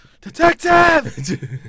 Detective